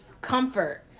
comfort